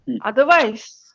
Otherwise